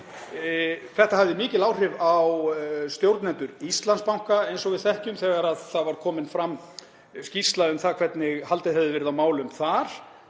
Þetta hafði mikil áhrif á stjórnendur Íslandsbanka, eins og við þekkjum, þegar fram var komin skýrsla um það hvernig haldið hafði verið á málum þar.